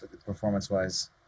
performance-wise